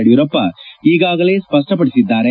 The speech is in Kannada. ಯಡಿಯೂರಪ್ಪ ಈಗಾಗಲೇ ಸ್ವಷ್ಷಪಡಿಸಿದ್ದಾರೆ